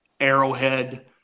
Arrowhead